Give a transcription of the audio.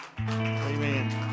Amen